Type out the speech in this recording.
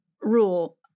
rule